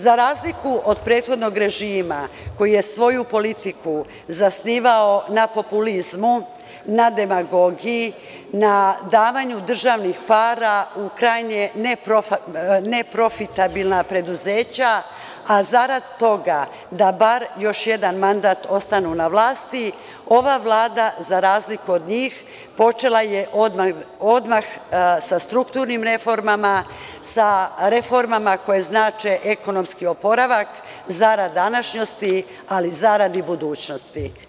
Za razliku od prethodnog režima koji je svoju politiku zasnivao na populizmu, na demagogiji, na davanju državnih para u krajnje neprofitabilna preduzeća, a zarad toga da bar još jedan mandat ostanu na vlasti, ova Vlada, za razliku od njih, počela je odmah sa strukturnim reformama, sa reformama koje znače ekonomski oporavak zarad današnjosti, ali i budućnosti.